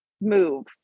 move